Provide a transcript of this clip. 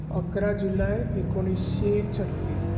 अकरा जुलय एकुणीशे छत्तीस